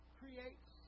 creates